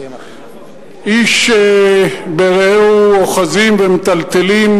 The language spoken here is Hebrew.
איש ברעהו אוחזים ומטלטלים,